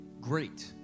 great